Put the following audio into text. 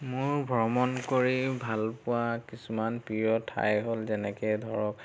মোৰ ভ্ৰমণ কৰি ভাল পোৱা কিছুমান প্ৰিয় ঠাই হ'ল যেনেকৈ ধৰক